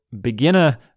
beginner